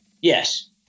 Yes